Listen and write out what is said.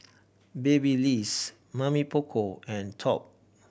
Babyliss Mamy Poko and Top